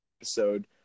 episode